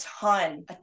ton